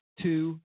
Two